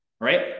right